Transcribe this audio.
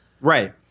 right